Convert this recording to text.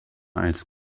als